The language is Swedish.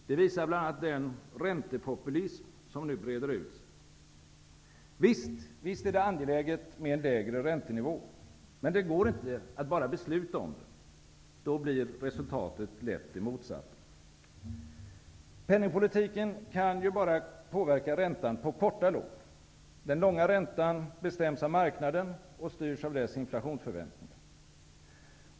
Det visar bl.a. den räntepopulism som nu breder ut sig. Visst är det angeläget med en lägre räntenivå. Men det går inte att bara besluta om den. Då blir resultatet lätt det motsatta. Penningpolitiken kan bara påverka räntan på korta lån. Den långa räntan bestäms av marknaden och styrs av dess inflationsförväntningar.